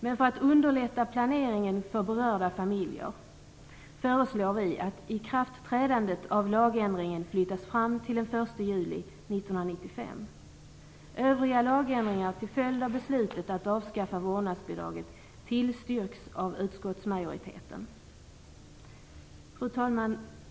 Men för att underlätta planeringen för berörda familjer föreslår vi att ikraftträdandet av lagändringen flyttas fram till den 1 juli 1995. Övriga lagändringar till följd av beslutet att avskaffa vårdnadsbidraget tillstyrks av utskottsmajoriteten. Fru talman!